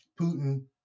Putin